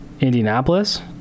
indianapolis